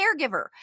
caregiver